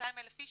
200,000 איש.